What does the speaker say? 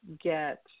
get